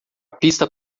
pista